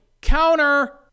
Counter